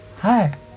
Hi